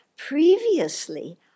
Previously